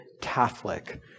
Catholic